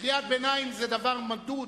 קריאת ביניים זה דבר מדוד,